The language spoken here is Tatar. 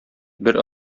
бер